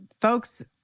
folks